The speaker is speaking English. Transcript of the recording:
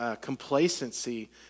complacency